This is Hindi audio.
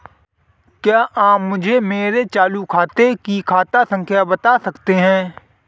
क्या आप मुझे मेरे चालू खाते की खाता संख्या बता सकते हैं?